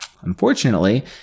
Unfortunately